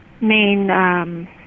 main